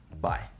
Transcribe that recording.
Bye